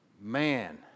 Man